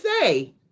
say